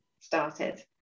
started